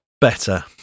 better